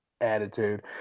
attitude